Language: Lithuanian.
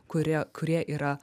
kurie kurie yra